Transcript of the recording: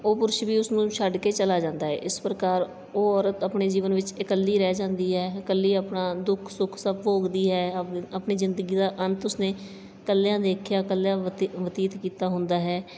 ਉਹ ਪੁਰਸ਼ ਵੀ ਉਸ ਨੂੰ ਛੱਡ ਕੇ ਚਲਾ ਜਾਂਦਾ ਹੈ ਇਸ ਪ੍ਰਕਾਰ ਉਹ ਔਰਤ ਆਪਣੇ ਜੀਵਨ ਵਿੱਚ ਇਕੱਲੀ ਰਹਿ ਜਾਂਦੀ ਹੈ ਇਕੱਲੀ ਆਪਣਾ ਦੁੱਖ ਸੁੱਖ ਸਭ ਭੋਗਦੀ ਹੈ ਆ ਆਪਣੀ ਜ਼ਿੰਦਗੀ ਦਾ ਅੰਤ ਉਸ ਨੇ ਇਕੱਲਿਆਂ ਦੇਖਿਆ ਇਕੱਲਿਆਂ ਬਤੀ ਬਤੀਤ ਕੀਤਾ ਹੁੰਦਾ ਹੈ